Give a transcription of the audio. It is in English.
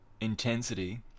intensity